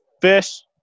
Fish